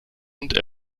und